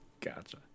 Gotcha